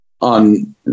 on